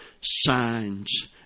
signs